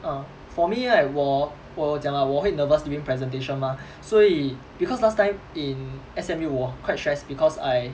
ah for me right 我我有讲 lah 我会 nervous during presentation mah 所以 because last time in S_M_U 我 quite stressed because I